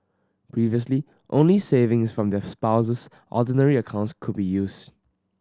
previously only savings from their Spouse's Ordinary accounts could be used